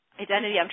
identity